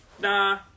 Nah